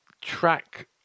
track